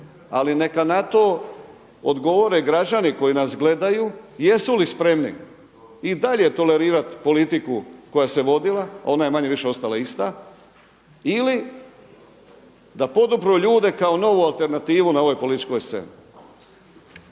Ali neka na to odgovore građani koji nas gledaju jesu li spremni i dalje tolerirati politiku koja se vodila, a ona je manje-više ostala ista ili da podupru ljude kao novu alternativu na ovoj političkoj sceni.